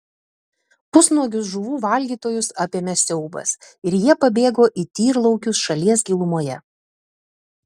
pusnuogius žuvų valgytojus apėmė siaubas ir jie pabėgo į tyrlaukius šalies gilumoje